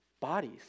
bodies